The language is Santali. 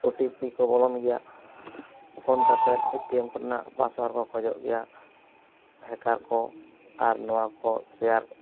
ᱳ ᱴᱤ ᱯᱤ ᱠᱚ ᱵᱚᱞᱚᱱ ᱜᱮᱭᱟ ᱯᱷᱳᱱ ᱠᱟᱛᱮᱫ ᱮᱹᱴᱤᱹᱮᱢ ᱠᱚᱨᱮᱱᱟᱜ ᱯᱟᱥᱚᱣᱟᱨᱰ ᱠᱚ ᱠᱷᱚᱡᱚᱜ ᱜᱮᱭᱟ ᱦᱮᱠᱟᱨ ᱠᱚ ᱟᱨ ᱱᱚᱣᱟ ᱠᱚ ᱥᱮᱭᱟᱨ